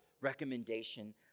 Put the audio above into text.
recommendation